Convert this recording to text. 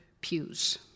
pews